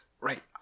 right